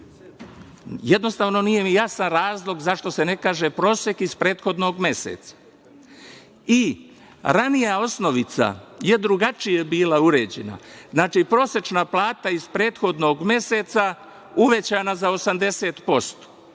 Jednostavno nije mi jasan razlog zašto se ne kaže prosek iz prethodnog meseca. Ranija osnovica je drugačije bila uređena. Znači, prosečna plata iz prethodnog meseca uvećana za 80%.